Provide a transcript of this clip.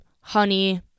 honey